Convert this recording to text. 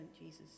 Jesus